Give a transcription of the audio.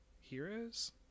heroes